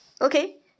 Okay